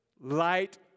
light